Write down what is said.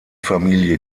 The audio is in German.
familie